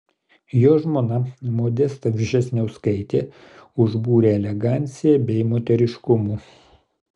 jo žmona modesta vžesniauskaitė užbūrė elegancija bei moteriškumu